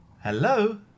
Hello